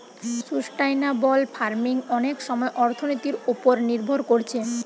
sustainable farming অনেক সময় অর্থনীতির উপর নির্ভর কোরছে